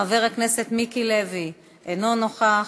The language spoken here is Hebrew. חבר הכנסת מיקי לוי, אינו נוכח.